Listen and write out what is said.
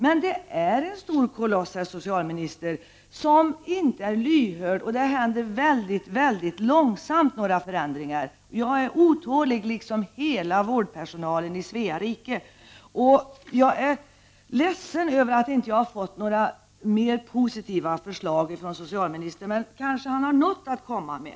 Men det är en stor koloss, herr socialminister, som inte är lyhörd, och för ändringar sker mycket långsamt. Jag är otålig, liksom hela vårdpersonalen i Svea rike. Och jag är ledsen över att jag inte har fått några mer positiva förslag från socialministern. Men han har kanske något att komma med?